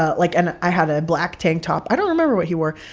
ah like and i had a black tank top. i don't remember what he wore.